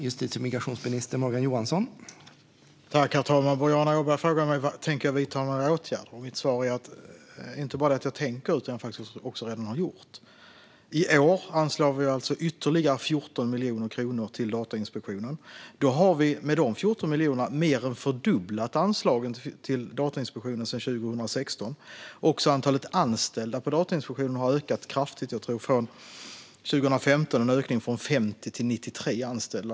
Herr talman! Boriana Åberg frågar mig om jag tänker vidta några åtgärder. Mitt svar är att jag inte bara tänker göra det utan att jag redan har gjort det. I år anslår vi ytterligare 14 miljoner kronor till Datainspektionen. Med de 14 miljonerna har vi mer än fördubblat anslagen till Datainspektionen sedan 2016. Också antalet anställda på Datainspektionen har ökat kraftigt. Från 2015 är det en ökning från 50 till 93 anställda.